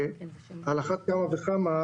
על אחת כמה וכמה,